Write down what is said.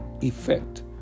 effect